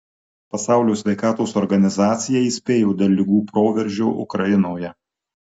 pasaulio sveikatos organizacija įspėjo dėl ligų proveržio ukrainoje